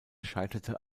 scheiterte